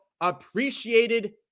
appreciated